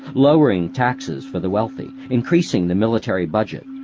lowering taxes for the wealthy, increasing the military budget,